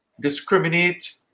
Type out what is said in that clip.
discriminate